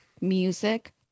music